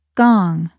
gong